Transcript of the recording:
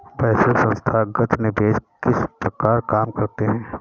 वैश्विक संथागत निवेशक किस प्रकार काम करते हैं?